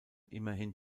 immerhin